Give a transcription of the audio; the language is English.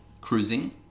Cruising